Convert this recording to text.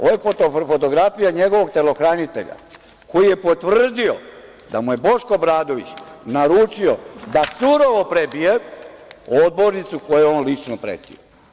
Ovo je fotografija njegovog telohranitelja koji je potvrdio da mu je Boško Obradović naručio da surovo prebije odbornicu kojoj je on lično pretio.